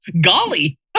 Golly